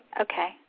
Okay